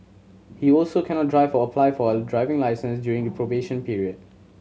he also cannot drive or apply for a driving licence during the probation period